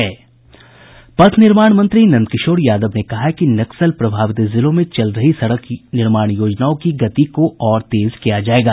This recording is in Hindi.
पथ निर्माण मंत्री नंद किशोर यादव ने कहा है कि नक्सल प्रभावित जिलों में चल रही सड़क निर्माण योजनाओं की गति को और तेज किया जायेगा